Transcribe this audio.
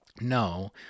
no